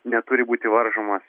neturi būti varžomas